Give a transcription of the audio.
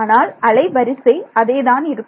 ஆனால் அலைவரிசை அதே தான் இருக்கும்